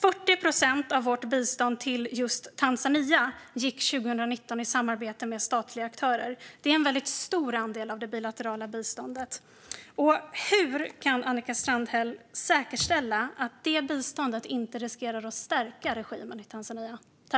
40 procent av vårt bistånd till just Tanzania gick 2019 till samarbete med statliga aktörer. Det är en väldigt stor andel av det bilaterala biståndet. Hur kan Annika Strandhäll säkerställa att det biståndet inte riskerar att stärka regimen i Tanzania?